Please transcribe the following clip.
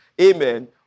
amen